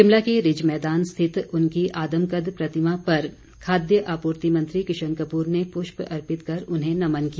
शिमला के रिज मैदान स्थित उनकी आदमकद प्रतिमा पर खाद्य आपूर्ति मंत्री किशन कपूर ने पृष्प अर्पित कर उन्हें नमन किया